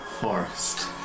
forest